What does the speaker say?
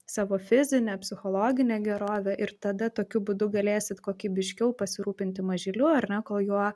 savo fizine psichologine gerove ir tada tokiu būdu galėsit kokybiškiau pasirūpinti mažyliu ar ne kol juo